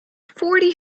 forty